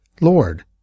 Lord